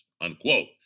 Unquote